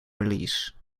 release